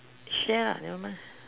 share ah never mind